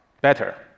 better